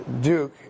Duke